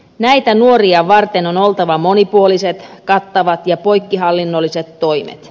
näitä nuoria varten on oltava monipuoliset kattavat ja poikkihallinnolliset toimet